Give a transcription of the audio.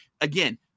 Again